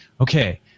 okay